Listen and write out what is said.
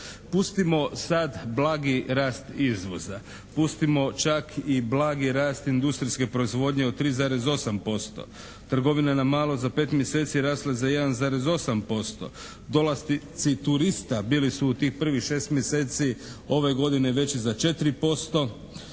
Pustimo sad blagi rast izvoza, pustimo čak i blagi rast industrijske proizvodnje od 3,8%, trgovina na malo za 5 mjeseci rasla je za 1,8%, dolasci turista bili su u tih prvih 6 mjeseci ove godine veći za 4%,